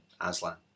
Aslan